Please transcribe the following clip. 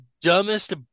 dumbest